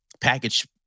Package